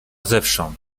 zewsząd